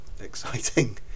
exciting